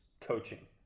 coaching